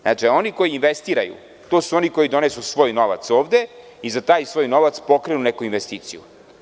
Znači, oni koji investiraju to su oni koji donesu svoj novac ovde i za taj svoj novac pokrenu neku investiciju.